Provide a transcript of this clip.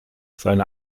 seine